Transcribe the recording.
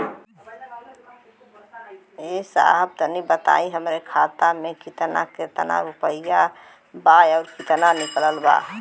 ए साहब तनि बताई हमरे खाता मे कितना केतना रुपया आईल बा अउर कितना निकलल बा?